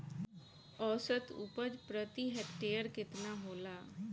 औसत उपज प्रति हेक्टेयर केतना होला?